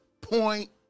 point